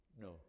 No